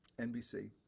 NBC